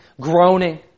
groaning